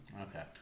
Okay